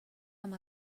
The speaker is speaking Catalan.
amb